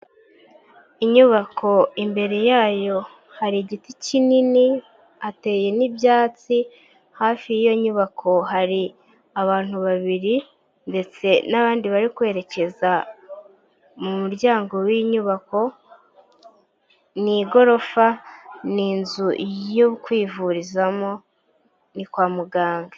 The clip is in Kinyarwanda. Inyubako imbere yayo hari igiti kinini hateye n'ibyatsi, hafi y'iyo nyubako hari abantu babiri ndetse n'abandi bari kwerekeza mu muryango w'inyubako, ni igorofa, ni inzu yo kwivurizamo, ni kwa muganga.